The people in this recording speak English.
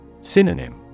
Synonym